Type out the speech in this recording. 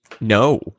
no